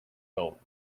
felt